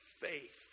faith